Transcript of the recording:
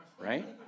right